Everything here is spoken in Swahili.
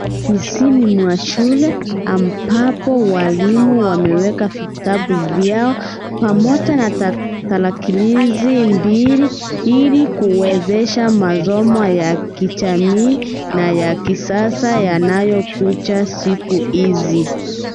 Afisini mwa shule ambapo walimu wameweka vitabu vyao pamoja na tarakilishi mbili kuwezesha masomo ya kijamii na ya sasa yanayokuja siku hizi.